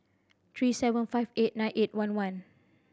three seven five eight nine eight one one